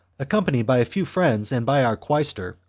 accompanied by a few friends, and by our quaestor,